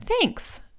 Thanks